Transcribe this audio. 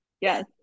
yes